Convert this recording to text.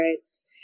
rights